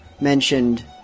mentioned